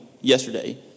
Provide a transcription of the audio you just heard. yesterday